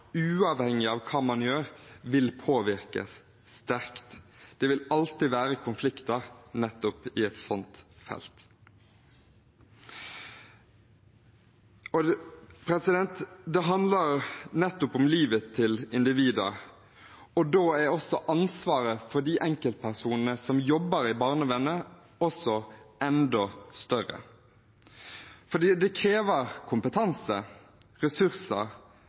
uavhengig av hva man gjør, vil påvirkes sterkt. Det vil alltid være konflikter nettopp på et slikt felt. Det handler om livet til individer, og da er ansvaret for de enkeltpersonene som jobber i barnevernet, enda større, fordi det krever kompetanse, ressurser